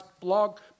blog